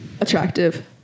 attractive